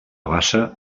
bassa